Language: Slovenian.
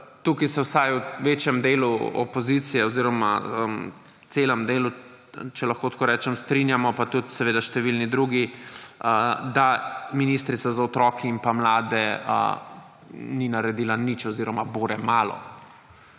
tukaj vsaj v večjem delu opozicije oziroma celem delu, če lahko tako rečem, strinjamo, pa tudi številni drugi, da ministrica za otroke in mlade ni naredila nič oziroma bore malo.